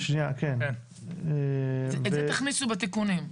את זה תכניסו בתיקונים.